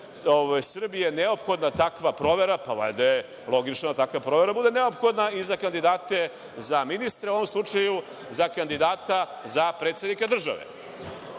Srbije neophodna takva provera, pa valjda je logično da takva provera bude neophodna i za kandidate za ministre, u ovom slučaju za kandidata za predsednika države. Sigurno